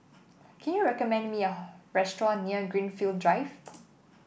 can you recommend me a restaurant near Greenfield Drive